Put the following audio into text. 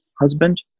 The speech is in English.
husband